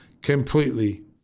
completely